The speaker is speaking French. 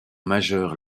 majeur